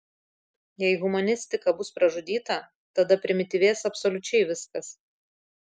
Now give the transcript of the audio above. jei humanistika bus pražudyta tada primityvės absoliučiai viskas